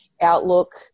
outlook